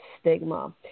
stigma